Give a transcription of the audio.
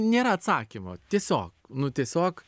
nėra atsakymo tiesiog nu tiesiog